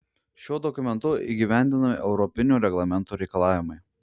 šiuo dokumentu įgyvendinami europinių reglamentų reikalavimai